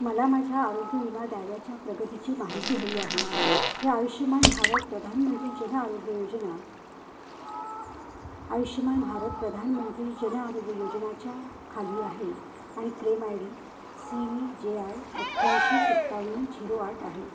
मला माझ्या आरोग्य विमा दाव्याच्या प्रगतीची माहिती हवी आहे हे आयुष्मान भारत प्रधानमंत्री जन आरोग्य योजना आयुष्मान भारत प्रधानमंत्री जन आरोग्य योजनाच्या खाली आहे आणि claim I D C V J I अठ्ठ्याऐंशी सत्तावन्न झिरो आठ आहे